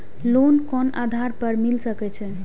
Loan कोन आधार पर मिल सके छे?